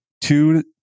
two